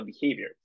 behavior